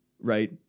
right